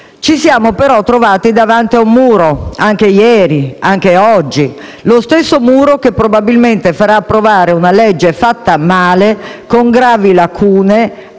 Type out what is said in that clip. Ci siamo però trovati davanti ad un muro, anche ieri, anche oggi. Lo stesso muro che probabilmente farà approvare una legge fatta male, con gravi lacune,